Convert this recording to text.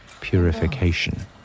purification